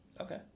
Okay